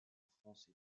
français